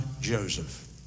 Joseph